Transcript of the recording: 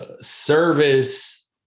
Service